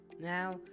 Now